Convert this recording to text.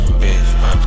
bitch